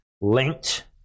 linked